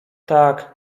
tak